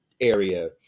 area